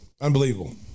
unbelievable